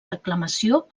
declamació